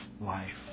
life